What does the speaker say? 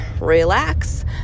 relax